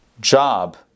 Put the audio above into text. job